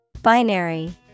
Binary